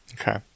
Okay